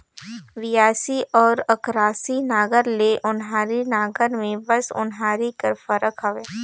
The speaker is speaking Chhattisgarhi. बियासी अउ अकरासी नांगर ले ओन्हारी नागर मे बस ओन्हारी कर फरक हवे